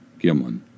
Gimlin